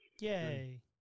Yay